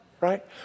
right